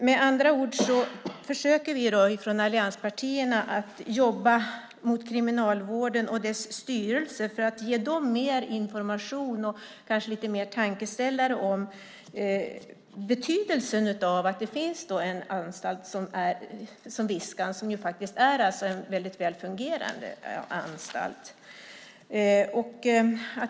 Med andra ord försöker vi från allianspartierna att jobba mot Kriminalvården och dess styrelse för att ge dem mer information och kanske en tankeställare om betydelsen av att det finns en anstalt som Viskan som ju faktiskt är en väldigt väl fungerande anstalt.